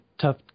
tough